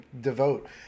devote